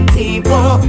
people